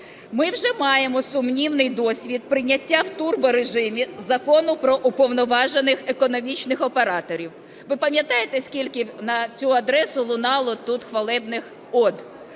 Ми вже маємо сумнівний досвід прийняття в турборежимі Закону про уповноважених економічних операторів. Ви пам'ятаєте, скільки на цю адресу лунало тут хвалебних од?